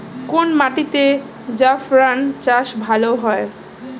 কোন মাটিতে জাফরান চাষ ভালো হয়?